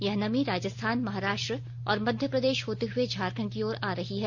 यह नमी राजस्थान महाराष्ट्र और मध्यप्रदेश होते हुए झारखंड की ओर आ रहा है